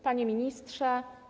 Panie Ministrze!